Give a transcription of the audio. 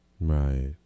Right